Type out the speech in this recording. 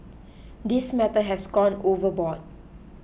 this matter has gone overboard